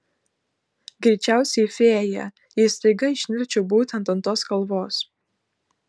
greičiausiai fėja jei staiga išnirčiau būtent ant tos kalvos